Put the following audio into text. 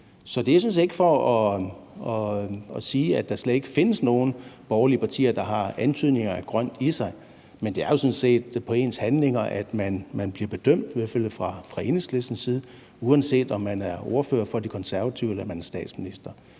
sådan set ikke for at sige, at der slet ikke findes nogen borgerlige partier, der har antydningen af grønt i sig, men det er jo sådan set på ens handlinger, man bliver bedømt – i hvert fald fra Enhedslistens side – uanset om man er ordfører for De Konservative, eller om man er statsminister.